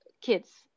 kids